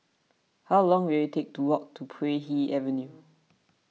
how long will it take to walk to Puay Hee Avenue